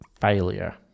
failure